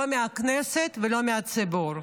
לא מהכנסת ולא מהציבור.